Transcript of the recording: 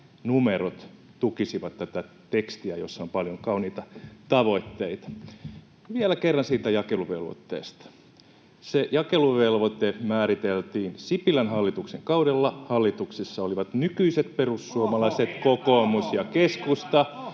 numerot tukisivat tätä tekstiä, jossa on paljon kauniita tavoitteita. Vielä kerran siitä jakeluvelvoitteesta: Se jakeluvelvoite määriteltiin Sipilän hallituksen kaudella. Hallituksessa olivat nykyiset perussuomalaiset, [Miko Bergbom: